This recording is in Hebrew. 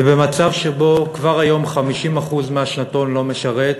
ובמצב שבו כבר היום 50% מהשנתון לא משרת,